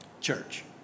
Church